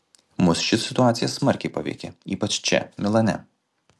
mus ši situacija smarkiai paveikė ypač čia milane